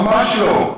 ממש לא.